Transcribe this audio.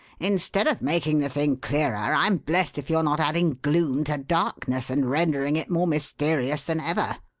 instead of making the thing clearer, i'm blest if you're not adding gloom to darkness, and rendering it more mysterious than ever.